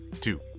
two